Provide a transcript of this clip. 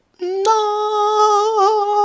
no